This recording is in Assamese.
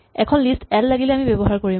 এখন লিষ্ট এল লাগিলে আমি ব্যৱহাৰ কৰিম